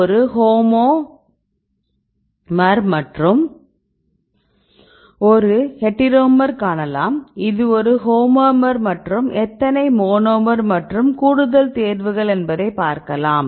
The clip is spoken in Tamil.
ஒரு ஹெட்டிரோமர் காணலாம் இது ஒரு ஹோமோமர் மற்றும் எத்தனை மோனோமர் மற்றும் கூடுதல் தேர்வுகள் என்பதை பார்க்கலாம்